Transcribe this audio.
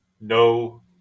No